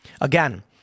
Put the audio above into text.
Again